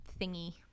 thingy